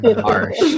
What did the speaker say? Harsh